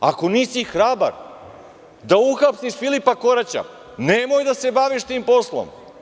Ako nisi hrabar da uhapsiš Filipa Koraća, nemoj da se baviš tim poslom.